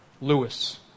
Lewis